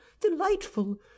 delightful